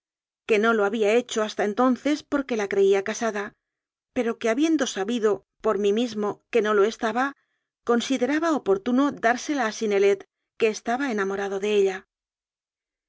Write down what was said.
que no lo había hecho hasta entonces porque la creía casada pero que habien do sabido por mí mismo que no lo estaba consi deraba oportuno dársela a synnelet que estaba enamorado de ella